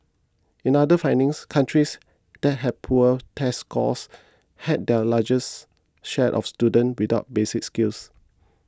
in other findings countries that had poor test scores had the largest share of student without basic skills